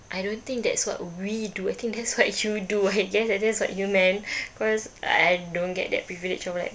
I don't think that's what we do I think that's what you do I guess that that's what you meant cause I don't get that privilege of like